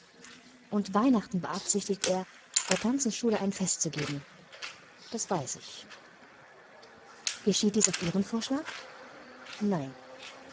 und weihnachten beabsichtigt er der ganzen schule ein fest zu geben das weiß ich geschieht es auf ihren vorschlag nein